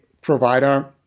provider